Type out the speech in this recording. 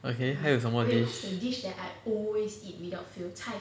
okay 还有什么 dish